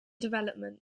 development